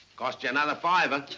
cost you another fiver.